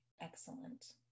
Excellent